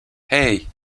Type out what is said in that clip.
hey